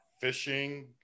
Fishing